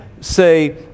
say